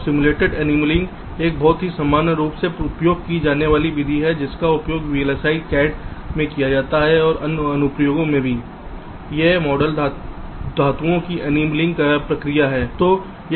तो simulated annealing एक बहुत ही सामान्य रूप से उपयोग की जाने वाली विधि है जिसका उपयोग VLSI CAD में किया जाता है और अन्य अनुप्रयोगों में भी यह मॉडल धातुओं की एनीलिंग प्रक्रिया है